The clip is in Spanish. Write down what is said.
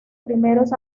primeros